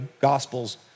gospels